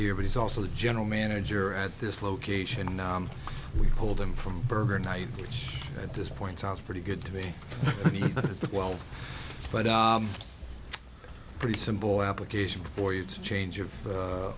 here but he's also the general manager at this location we pulled him from burger night which at this point sounds pretty good to me but well but i pretty simple application for you to change of